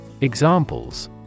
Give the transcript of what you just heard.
Examples